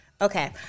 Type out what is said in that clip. Okay